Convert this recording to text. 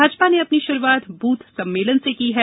भाजपा ने अपनी शुरूआत बूथ सम्मेलन से की है